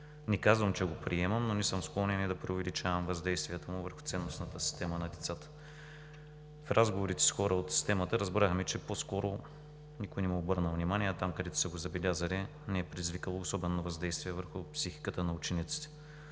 Не казвам, че го приемам, но не съм склонен и да преувеличавам въздействието му върху ценностната система на децата. В разговорите с хора от системата разбрахме, че по-скоро никой не му е обърнал внимание, а там, където са го забелязали, не е предизвикало особено въздействие върху психиката на учениците.